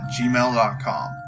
gmail.com